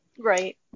Right